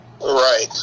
Right